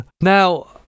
now